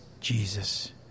Jesus